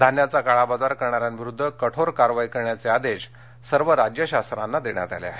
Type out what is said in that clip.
धान्याचा काळाबाजार करणाऱ्यांविरुद्ध कठोर कारवाई करण्याचे आदेश सर्व राज्य शासनांना देण्यात आले आहेत